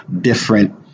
different